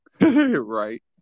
Right